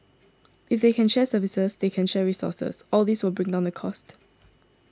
if they can share services they can share resources all these will bring down their cost